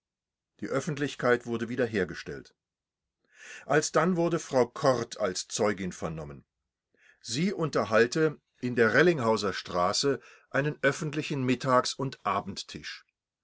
die öffentlichkeit wurde wiederhergestellt alsdann wurde frau kort als zeugin vernommen sie unterhalte in der rellinghauser straße einen öffentlichen mittags und